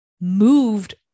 moved